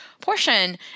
portion